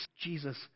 Jesus